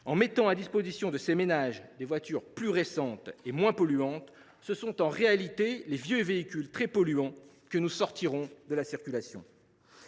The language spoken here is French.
En mettant à la disposition de ces ménages des voitures plus récentes et moins polluantes, ce sont en réalité les vieux véhicules très polluants que nous sortirons de la circulation.